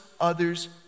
others